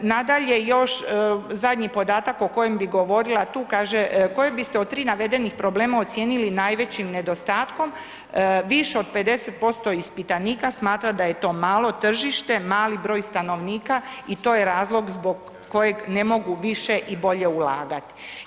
Nadalje, još, zadnji podatak o kojem bih govorila, tu kaže, koje biste od 3 navedenih problema ocijenili najvećim nedostatkom, više od 50% ispitanika smatra da je to malo tržište mali broj stanovnika i to je razlog zbog kojeg ne mogu više i bolje ulagati.